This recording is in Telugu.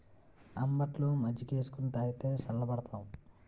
అంబట్లో మజ్జికేసుకొని తాగితే సల్లబడతాం